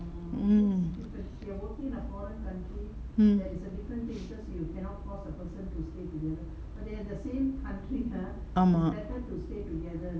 mm mm ஆமா:ama